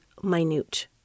minute